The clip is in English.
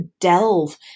delve